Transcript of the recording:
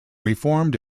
reformed